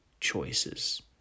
choices